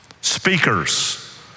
speakers